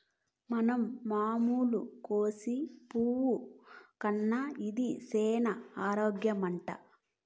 మన మామూలు కోసు పువ్వు కన్నా ఇది సేన ఆరోగ్యమట